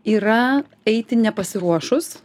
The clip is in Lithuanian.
yra eiti nepasiruošus